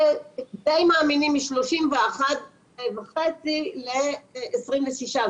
ודי מאמינים מ-31.5% ל-26%.